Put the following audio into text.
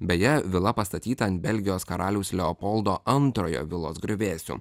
beje vila pastatyta ant belgijos karaliaus leopoldo antrojo vilos griuvėsių